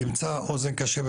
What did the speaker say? ימצא אוזן קשבת,